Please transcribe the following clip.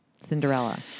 Cinderella